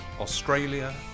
Australia